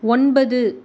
ஒன்பது